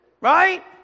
Right